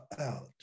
out